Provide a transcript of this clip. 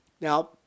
Now